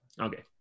okay